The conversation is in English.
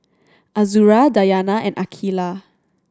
Azura Dayana and Aqeelah